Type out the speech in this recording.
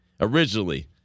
originally